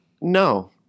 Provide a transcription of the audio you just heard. no